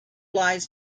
lies